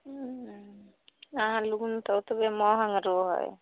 उँह अहाँलग तऽ ओतबे महग रहै हइ